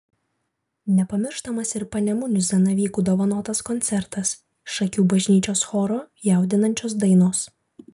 nepamirštamas ir panemunių zanavykų dovanotas koncertas šakių bažnyčios choro jaudinančios dainos